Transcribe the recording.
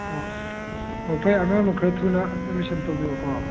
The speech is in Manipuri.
ꯑꯣ ꯑꯣ ꯐꯔꯦ ꯑꯉꯥꯡꯗꯨ ꯈꯔ ꯊꯨꯅ ꯑꯦꯠꯃꯤꯁꯟ ꯇꯧꯕꯤꯔꯣꯀꯣ